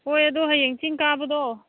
ꯍꯣꯏ ꯑꯗꯨ ꯍꯌꯦꯡ ꯆꯤꯡ ꯀꯥꯕꯗꯣ